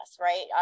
right